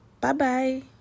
Bye-bye